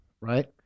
right